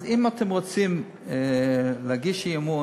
אז אם אתם רוצים להגיש אי-אמון,